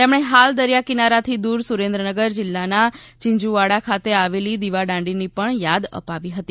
તેમણે હાલ દરિયાકિનારાથી દૂર સુરેન્દ્રનગર જીલ્લાના ઝીંઝુવાડા ખાતે આવેલી દીવાદાંડીની પણ યાદ અપાવી હતી